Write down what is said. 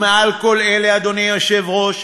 ומעל כל אלה, אדוני היושב-ראש,